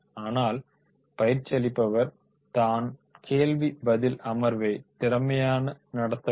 ஆனால் பயிற்சி அளிப்பவர் தான் கேள்வி பதில் அமர்வை திறமையான நடத்த வேண்டும்